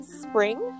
spring